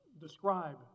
describe